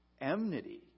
Enmity